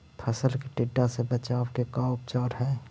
फ़सल के टिड्डा से बचाव के का उपचार है?